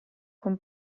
con